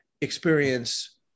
experience